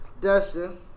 Dustin